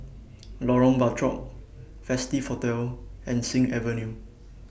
Lorong Bachok Festive Hotel and Sing Avenue